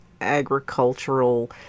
agricultural